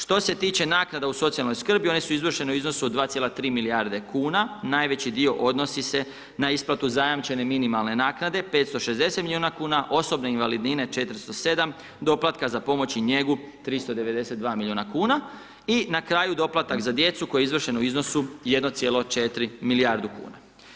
Što se tiče naknada u socijalnoj skrbi one su izvršene u iznosu 2,3 milijarde kuna najveći dio odnosi se na isplatu zajamčene minimalne naknade 560 miliona kuna, osobne invalidnine 407, doplatka za pomoć i njegu 392 miliona kuna i na kraju doplatak za djecu koji je izvršen u iznosu 1,4 milijarde kuna.